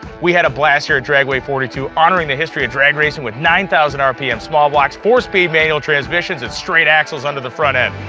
we had a blast here at dragway forty two, honoring the history of drag racing with nine thousand rpm small blocks, four speed manual transmissions, and straight axles under the front end.